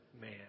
man